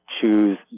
choose